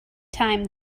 time